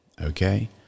Okay